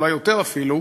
ואולי יותר אפילו,